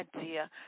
idea